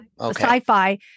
Sci-fi